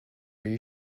you